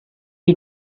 you